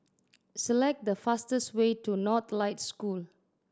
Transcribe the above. select the fastest way to Northlight School